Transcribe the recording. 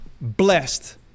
Blessed